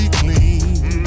clean